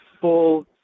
full